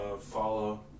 Follow